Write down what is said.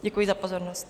Děkuji za pozornost.